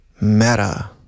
Meta